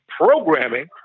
programming